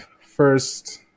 first